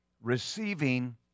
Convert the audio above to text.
receiving